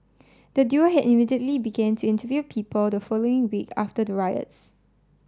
the duo had immediately began to interview people the following week after the riots